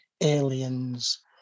aliens